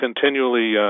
continually